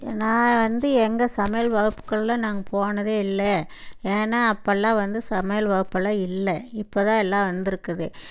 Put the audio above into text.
நான் வந்து எங்கே சமையல் வகுப்புகள்லாம் நாங்கள் போனதே இல்லை ஏன்னா அப்போல்லாம் வந்து சமையல் வகுப்பெல்லாம் இல்லை இப்போதான் எல்லா வந்துயிருக்குது